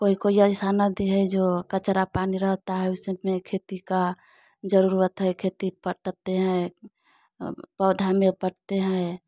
कोई कोई ऐसा नदी है जो कचरा पानी रहता है उसी में खेती का जरूरत है खेती पटते हैं पौधा में पटते हैं